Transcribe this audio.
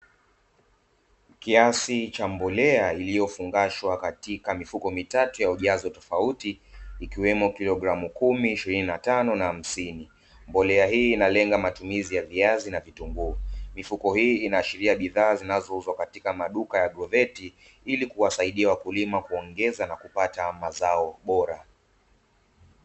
Kiasi cha mbolea iliyofungashwa katika mifuko mitatu ya ujazo tofauti, ikiwemo kilo kumi, ishirini na tano na hamsini. Mbolea hii inalenga matumizi ya viazi na vitunguu. Mifuko hii inaashiria bidhaa zinazouzwa katika maduka ya agroveti ili kuwasaida wakulima kuongeza na kupata mazao bora.